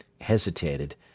hesitated